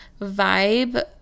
vibe